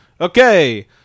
Okay